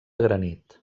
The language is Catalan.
granit